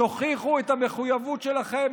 תוכיחו את המחויבות שלכם,